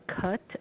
cut